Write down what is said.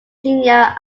junior